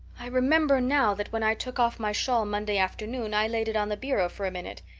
i remember now that when i took off my shawl monday afternoon i laid it on the bureau for a minute.